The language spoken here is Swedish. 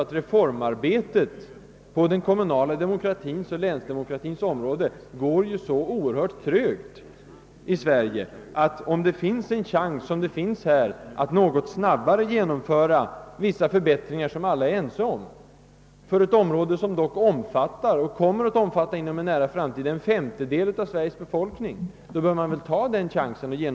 Men reformarbetet på den kommunala demokratins och länsdemokratins område går så oerhört trögt här i landet, att om det finns en chans att något snabbare genomföra vissa förbättringar, som alla är ense om, för ett område som inom en nära framtid kommer att omfatta en femtedel av Sveriges befolkning, så bör man ta den chansen.